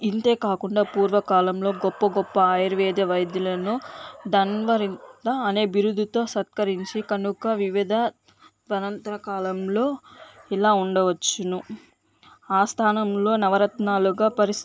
ఇంతేకాకుండా పూర్వకాలంలో గొప్ప గొప్ప ఆయుర్వేద వైద్యులను ధన్వరి అనే బిరుదుతో సత్కరించి కనుక వివిధ ధన్వంతరి కాలంలో ఇలా ఉండవచ్చును ఆస్థానంలో నవరత్నాలుగా పరిస్